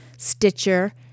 Stitcher